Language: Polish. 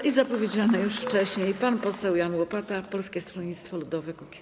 I zapowiedziany już wcześniej pan poseł Jan Łopata, Polskie Stronnictwo Ludowe - Kukiz15.